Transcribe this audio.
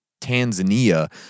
Tanzania